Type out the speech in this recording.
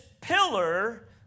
pillar